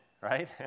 right